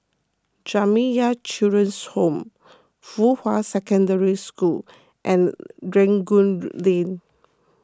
Jamiyah Children's Home Fuhua Secondary School and Rangoon Lane